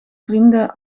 vrienden